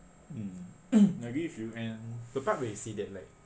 mm I agree with you and the part where you say that like